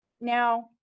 Now